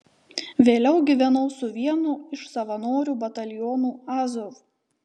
vėliau gyvenau su vienu iš savanorių batalionų azov